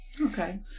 Okay